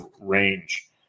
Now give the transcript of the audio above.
range